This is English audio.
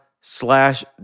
slash